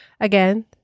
Again